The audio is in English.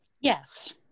Yes